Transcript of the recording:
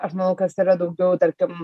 aš manau kas yra daugiau tarkim